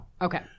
okay